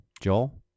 joel